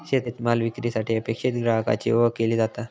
शेतमाल विक्रीसाठी अपेक्षित ग्राहकाची ओळख केली जाता